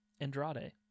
Andrade